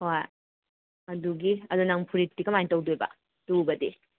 ꯍꯣꯏ ꯑꯗꯨꯒꯤ ꯑꯗꯣ ꯅꯪ ꯐꯨꯔꯤꯠꯇꯤ ꯀꯃꯥꯏꯅ ꯇꯧꯗꯣꯏꯕ ꯇꯨꯕꯗꯤ